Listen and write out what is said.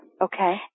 Okay